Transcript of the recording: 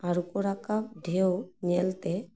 ᱟᱲᱜᱳ ᱨᱟᱠᱟᱵ ᱰᱷᱮᱣ ᱧᱮᱞᱛᱮ